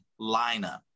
lineup